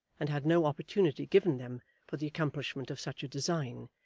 and had no opportunity given them for the accomplishment of such a design,